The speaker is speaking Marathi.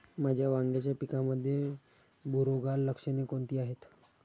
माझ्या वांग्याच्या पिकामध्ये बुरोगाल लक्षणे कोणती आहेत?